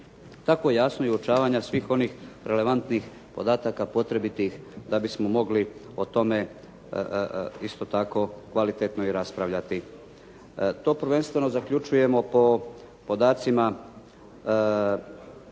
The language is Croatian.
tako jasno i uočavanja svih onih relevantnih podataka potrebitih da bismo mogli o tome isto tako kvalitetno i raspravljati. To prvenstveno zaključujemo po podacima